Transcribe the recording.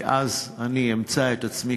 כי אז אני אמצא את עצמי,